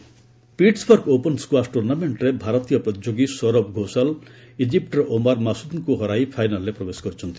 squash Pittsburgh open squash ଟୁର୍ଣ୍ଣାମେଣ୍ଟରେ ଭାରତୀୟ ପ୍ରତିଯୋଗୀ ସୌରଭ ଘୋଷଲା ଇଜିପ୍ଟର ଓମାର ମାସୁଦଙ୍କୁ ହରାଇ ଫାଇନାଲ୍ରେ ପ୍ରବେଶ କରିଛନ୍ତି